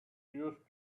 used